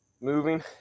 Moving